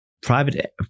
Private